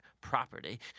property